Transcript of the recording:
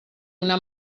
una